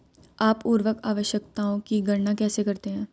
आप उर्वरक आवश्यकताओं की गणना कैसे करते हैं?